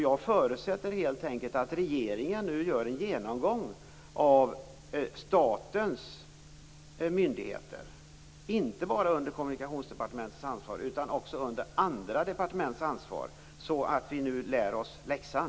Jag förutsätter helt enkelt att regeringen nu gör en genomgång av statens alla myndigheter - inte bara av dem som är Kommunikationsdepartementets ansvar, utan också av dem som är andra departements ansvar - så att vi lär oss läxan.